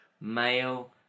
Male